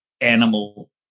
animal